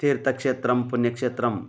तीर्थक्षेत्रं पुण्यक्षेत्रं